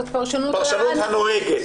זאת פרשנות --- הפרשנות הנוהגת,